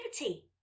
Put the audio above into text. Liberty